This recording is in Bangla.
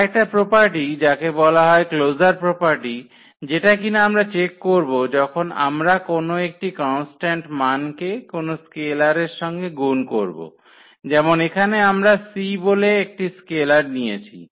আর একটা প্রোপার্টি যাকে বলা হয় ক্লোজার প্রপার্টি যেটা কিনা আমরা চেক করব যখন আমরা কোনো একটি কনস্ট্যান্ট মানকে কোন স্কেলার এর সঙ্গে গুন করব যেমন এখানে আমরা c বলে একটি স্কেলার নিয়েছি